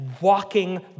walking